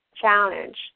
Challenge